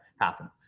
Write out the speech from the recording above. happen